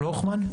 הוכמן.